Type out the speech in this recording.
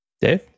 Dave